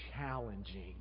challenging